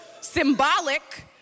Symbolic